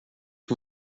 que